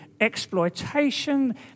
exploitation